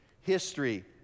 history